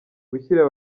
gushyira